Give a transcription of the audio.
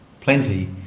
plenty